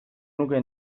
nuke